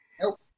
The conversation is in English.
Nope